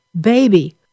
baby